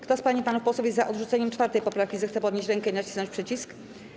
Kto z pań i panów posłów jest za odrzuceniem 4. poprawki, zechce podnieść rękę i nacisnąć przycisk.